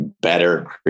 better